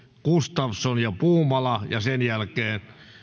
gustafsson ja puumala ja sen jälkeen